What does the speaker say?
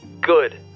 Good